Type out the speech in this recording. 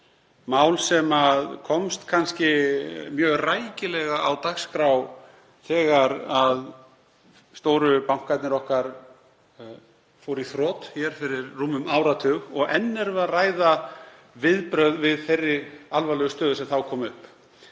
mál sem komst kannski mjög rækilega á dagskrá þegar stóru bankarnir okkar fóru í þrot fyrir rúmum áratug. Enn erum við að ræða viðbrögð við þeirri alvarlegu stöðu sem þá kom upp